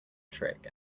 trick